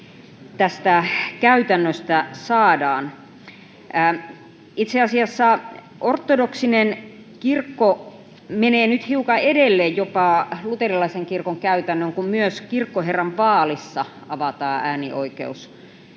tästä käytännöstä saadaan. Itse asiassa ortodoksinen kirkko menee nyt jopa hiukan edelle luterilaisen kirkon käytännön, kun myös kirkkoherran vaalissa avataan äänioikeus